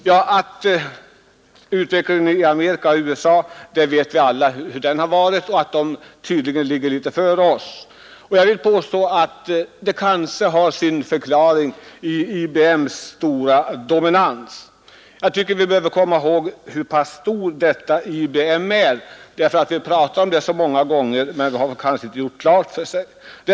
Vi vet alla hur utvecklingen i USA har varit och att man där tydligen ligger litet före oss. Jag vill påstå att det kanske har sin förklaring i IBM:s stora dominans. Jag tycker att vi bör komma ihåg hur pass stort detta företag är; vi har pratat om det så många gånger men kanske inte gjort klart för oss storleken av detta.